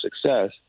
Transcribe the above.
success